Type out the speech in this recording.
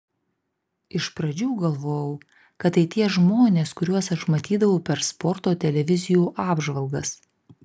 iš pradžių galvojau kad tai tie žmonės kuriuos aš matydavau per sporto televizijų apžvalgas